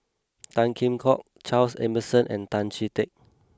Tan Kheam Hock Charles Emmerson and Tan Chee Teck